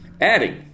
adding